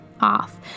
off